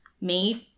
made